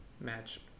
match